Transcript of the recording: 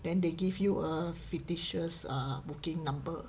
then they give you a fictitious err booking number